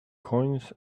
coins